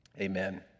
Amen